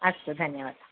अस्तु धन्यवादः